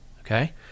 okay